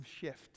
shift